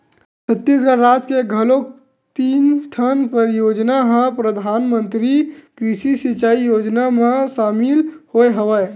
छत्तीसगढ़ राज के घलोक तीन ठन परियोजना ह परधानमंतरी कृषि सिंचई योजना म सामिल होय हवय